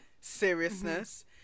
seriousness